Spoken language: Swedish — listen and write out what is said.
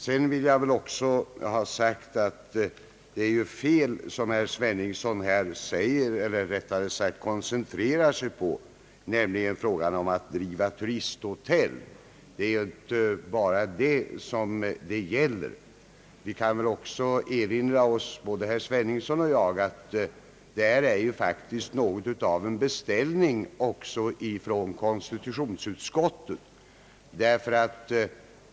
Det är också fel att, som herr Sveningsson här gör, koncentrera sig på frågan om att driva turisthotell. Det är ju inte bara det frågan gäller. Både herr Sveningsson och jag kan väl erinra oss att det förelåg en beställning från konstitutionsutskottet i detta ärende.